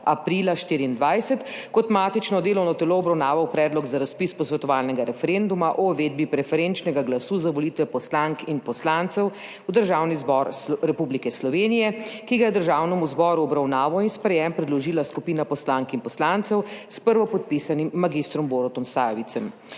aprila 2024 kot matično delovno telo obravnaval predlog za razpis posvetovalnega referenduma o uvedbi preferenčnega glasu za volitve poslank in poslancev v Državni zbor Republike Slovenije, ki ga je Državnemu zboru v obravnavo in sprejem predložila skupina poslank in poslancev, s prvopodpisanim magistrom Borutom Sajovicem.